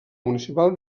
municipal